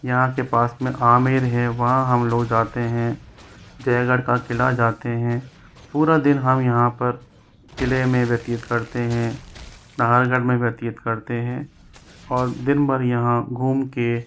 यहाँ के पास में आमेर है वहाँ पर हम जाते हैं जयगढ़ का किला जाते हैं पूरा दिन हम यहाँ पर किले में व्यतीत करते हैं नाहरगढ़ में व्यतीत करते हैं और दिन भर यहाँ घूम के